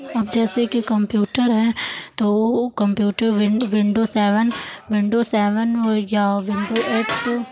अब जैसे के कम्प्यूटर है तो computer win window seven window seven या विंडो एट